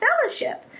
fellowship